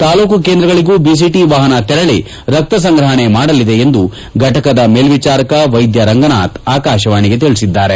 ತಾಲೂಕು ಕೇಂದ್ರಗಳಿಗೂ ಬಿಸಿಟಿ ವಾಹನ ತೆರಳಿ ರಕ್ತ ಸಂಗ್ರಹಣೆ ಮಾಡಲಿದೆ ಎಂದು ಘಟಕದ ಮೇಲ್ವಿಚಾರಕ ವೈದ್ಯ ರಂಗನಾಥ್ ಆಕಾಶವಾಣಿಗೆ ತಿಳಿಸಿದ್ದಾರೆ